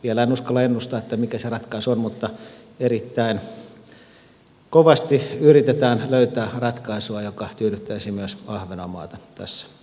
vielä en uskalla ennustaa mikä se ratkaisu on mutta erittäin kovasti yritetään löytää ratkaisua joka tyydyttäisi myös ahvenanmaata tässä asiassa